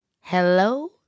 Hello